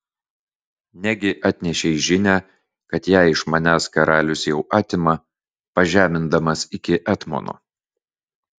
negi atnešei žinią kad ją iš manęs karalius jau atima pažemindamas iki etmono